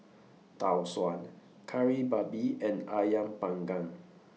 Tau Suan Kari Babi and Ayam Panggang